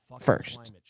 first